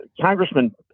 Congressman